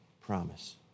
promise